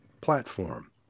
platform